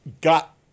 got